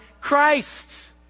Christ